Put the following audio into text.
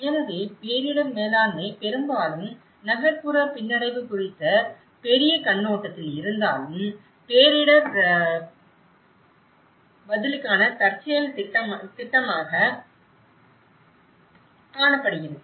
எனவே பேரிடர் மேலாண்மை பெரும்பாலும் நகர்ப்புற பின்னடைவு குறித்த பெரிய கண்ணோட்டத்தில் இருந்தாலும் பேரிடர் பதிலுக்கான தற்செயல் திட்டமாகக் காணப்படுகிறது